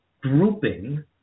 grouping